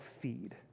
feed